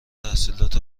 تحصیلات